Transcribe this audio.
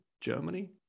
Germany